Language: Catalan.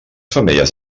femelles